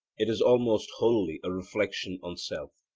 it is almost wholly a reflection on self.